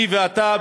אני ואתה,